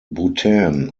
bhutan